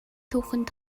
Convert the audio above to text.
түүхэнд